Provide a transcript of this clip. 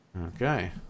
Okay